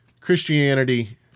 Christianity